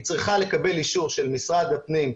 היא צריכה לקבל אישור של משרד הפנים,